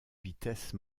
vitesse